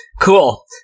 Cool